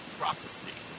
prophecy